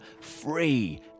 free